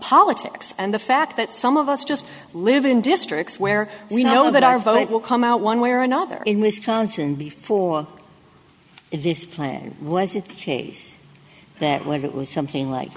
politics and the fact that some of us just live in districts where we know that our vote will come out one way or another in wisconsin before this plan was it the case that what it was something like